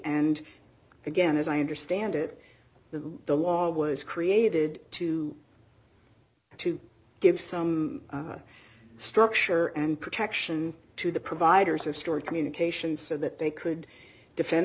and again as i understand it the the law was created to to give some structure and protection to the providers of stored communications so that they could defend